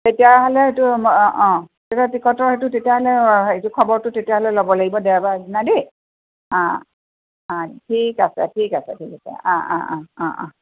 তেতিয়াহ'লে এইটো অঁ অঁ ট্ৰেইনৰ টিকটৰ তেতিয়াহ'লে খবৰটো তেতিয়হ'লে ল'ব লাগিব দেওবাৰ দিনা দেই অঁ অঁ ঠিক আছে ঠিক আছে বুজিছোঁ অঁ অঁ অঁ অঁ